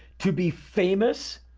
to be famous,